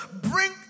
bring